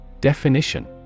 definition